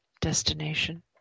destination